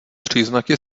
příznaky